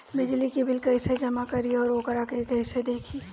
बिजली के बिल कइसे जमा करी और वोकरा के कइसे देखी?